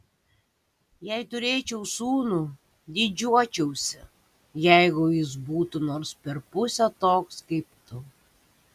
jei turėčiau sūnų didžiuočiausi jeigu jis būtų nors per pusę toks kaip tu